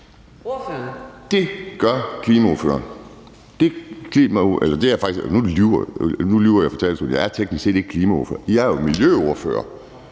Det gør klimaordføreren – nu lyver jeg fra talerstolen, for jeg er teknisk set ikke klimaordfører. Jeg er miljøordfører,